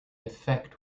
effect